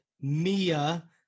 Mia